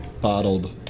bottled